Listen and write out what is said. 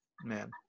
Man